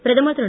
பிரதமர் திரு